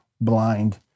blind